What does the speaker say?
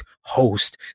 host